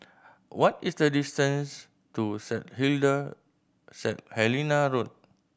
what is the distance to Set Set Helena Road